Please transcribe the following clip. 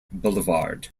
boulevard